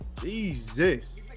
Jesus